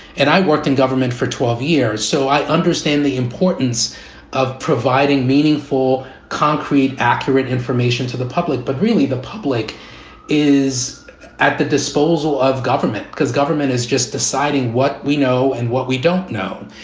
and i worked in government for twelve years. so i understand the importance of providing meaningful, concrete, accurate information to the public. but really, the public is at the disposal of government because government is just deciding what we know and what we don't know.